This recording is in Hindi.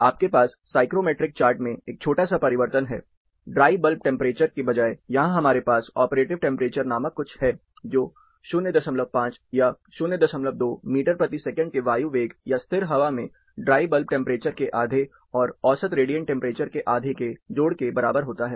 आपके पास साइक्रोमेट्रिक चार्ट में एक छोटा सा परिवर्तन है ड्राई बल्ब टेंपरेचर के बजाय यहां हमारे पास ऑपरेटिव टेंपरेचर नामक कुछ है जो 05 या 02 मीटर प्रति सेकंड के वायु वेग या स्थिर हवा में ड्राई बल्ब टेंपरेचर के आधे और औसत रेडियंट टेंपरेचर के आधे के जोड़ के बराबर होता है